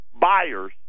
buyers